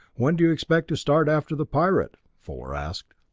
when do you expect to start after the pirate? fuller asked.